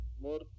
more